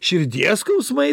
širdies skausmai